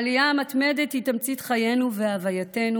העלייה המתמדת היא תמצית חיינו והווייתנו.